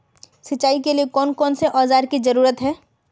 सिंचाई के लिए कौन कौन से औजार की जरूरत है?